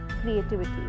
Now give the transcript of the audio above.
creativity